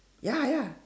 ya ya